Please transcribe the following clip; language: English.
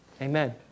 Amen